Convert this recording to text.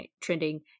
trending